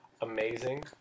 Amazing